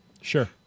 Sure